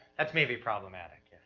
that's maybe problematic. yeah,